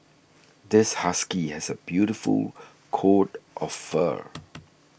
this husky has a beautiful coat of fur